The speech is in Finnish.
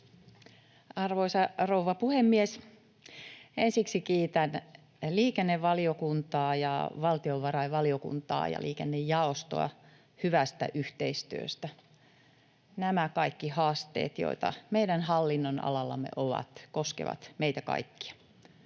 Arvoisa rouva puhemies! Ensiksi kiitän liikennevaliokuntaa ja valtiovarainvaliokuntaa ja liikennejaostoa hyvästä yhteistyöstä. Nämä kaikki haasteet, joita meidän hallinnonalallamme on, koskevat meitä kaikkia.